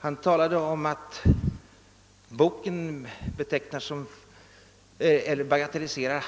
Han sade att boken bagatelliserar